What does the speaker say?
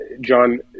John